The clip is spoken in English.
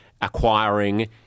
acquiring